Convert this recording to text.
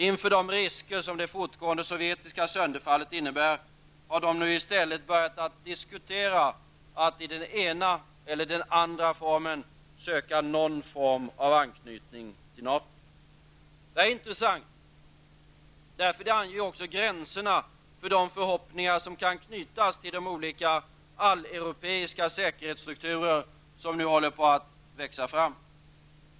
Inför de risker som det fortgående sovjetiska sönderfallet innebär har de i stället börjat diskutera att i den ena eller andra formen söka anknytning till Det är intressant, för det anger också gränserna för de förhoppningar som kan knytas till de olika alleuropeiska säkerhetsstrukturer som nu håller på att växa fram.